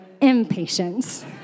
impatience